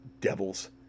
Devils